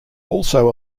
also